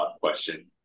question